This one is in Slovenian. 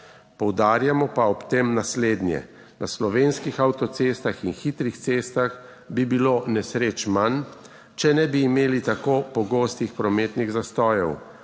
Poudarjamo pa ob tem naslednje. Na slovenskih avtocestah in hitrih cestah bi bilo nesreč manj, če ne bi imeli tako pogostih prometnih zastojev.